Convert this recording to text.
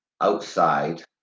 outside